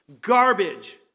Garbage